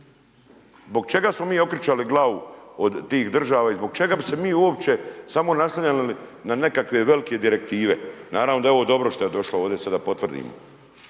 Zbog čega smo mi okretali glavu od tih država i zbog čega bi se mi uopće samo naslanjali na nekakve velike direktive? Naravno da je ovo dobro što je došlo ovdje sada da potvrdimo